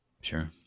Sure